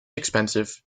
expensive